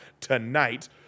tonight